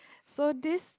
so this